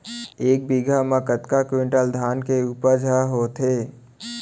एक बीघा म कतका क्विंटल धान के उपज ह होथे?